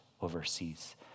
overseas